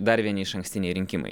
dar vieni išankstiniai rinkimai